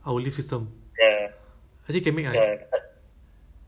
I think that one bukan maybe thai~ that one is it thailand something ah I cannot remember